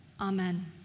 Amen